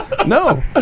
No